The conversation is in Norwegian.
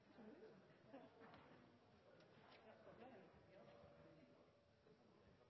så me vil stemma imot dei